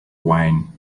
wine